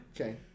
Okay